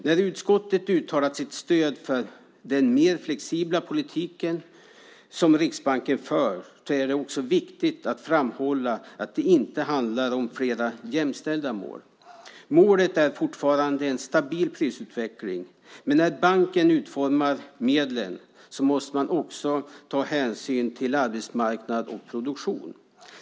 När utskottet har uttalat sitt stöd för den mer flexibla politik som Riksbanken för är det viktigt att framhålla att det inte handlar om flera jämställda mål. Målet är fortfarande en stabil prisutveckling. Men när banken utformar medlen måste man också ta hänsyn till arbetsmarknad och produktion.